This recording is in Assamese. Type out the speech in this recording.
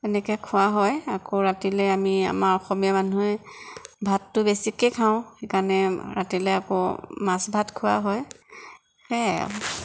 এনেকৈ খোৱা হয় আকৌ ৰাতিলৈ আমি আমাৰ অসমীয়া মানুহে ভাততো বেছিকৈ খাওঁ সেইকাৰণে ৰাতিলৈ আকৌ মাছ ভাত খোৱা সেয়াই আৰু